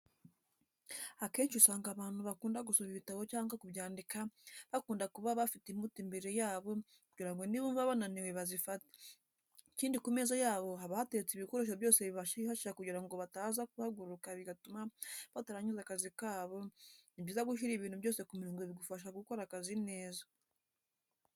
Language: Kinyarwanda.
Akenshi usanga abantu bakunda gusoma ibitabo cyangwa kubyandika bakunda kuba bafite imbuto imbere yabo kugira ngo nibumva bananiwe bazifate, ikindi ku meza yabo haba hateretse ibikoresho byose bifashisha kugira ngo bataza guhaguruka bigatuma batarangiza akazi kabo, ni byiza gushyira ibintu byose ku murongo bigufasha gukora akazi neza.